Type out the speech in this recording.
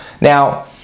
Now